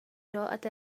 قراءة